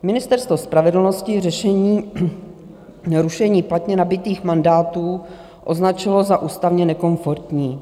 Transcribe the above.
Ministerstvo spravedlnosti řešení rušení platně nabytých mandátů označilo za ústavně nekomfortní.